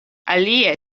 alie